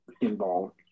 involved